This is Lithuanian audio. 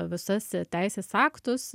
visus teisės aktus